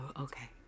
okay